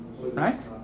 right